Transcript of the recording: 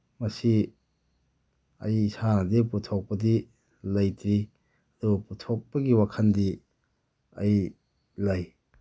ꯃꯁꯤ ꯑꯩ ꯏꯁꯥꯅꯗꯤ ꯄꯨꯊꯣꯛꯄꯗꯤ ꯂꯩꯇ꯭ꯔꯤ ꯑꯗꯨ ꯄꯨꯊꯣꯛꯄꯒꯤ ꯋꯥꯈꯜꯗꯤ ꯑꯩ ꯂꯩ